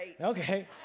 Okay